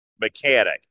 mechanic